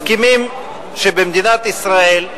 מסכימים שבמדינת ישראל,